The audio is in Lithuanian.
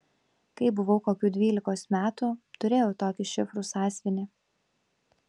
kai buvau kokių dvylikos metų turėjau tokį šifrų sąsiuvinį